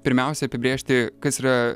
pirmiausia apibrėžti kas yra